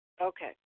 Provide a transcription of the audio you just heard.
Okay